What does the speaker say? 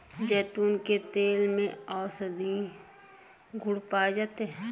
जैतून के तेल में औषधीय गुण पाए जाते हैं